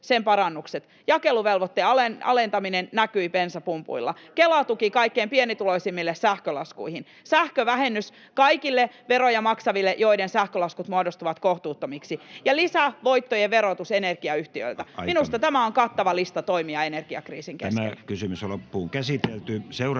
sen parannukset. Jakeluvelvoitteen alentaminen näkyi bensapumpuilla. Kela-tuki kaikkein pienituloisimmille sähkölaskuihin. Sähkövähennys kaikille veroja maksaville, joiden sähkölaskut muodostuvat kohtuuttomiksi. Lisävoittojen verotus energiayhtiöiltä. [Puhemies: Aika!] Minusta tämä on kattava lista toimia energiakriisin keskellä. Seuraava kysymys, edustaja